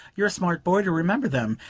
you're a smart boy to remember them.